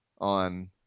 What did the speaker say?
on